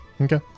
Okay